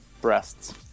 breasts